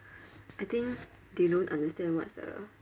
I think they don't understand what's the